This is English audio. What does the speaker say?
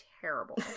terrible